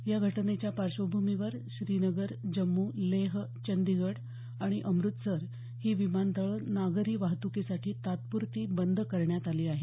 या घटनेच्या पार्श्वभूमीवर श्रीनगर जम्मू लेह चंदीगढ आणि अमृतसर ही विमानतळं नागरी वाहत्कीसाठी तात्प्रती बंद करण्यात आली आहेत